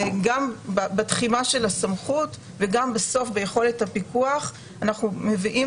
גם בתחימה של הסמכות וגם בסוף ביכולת הפיקוח אנחנו מביאים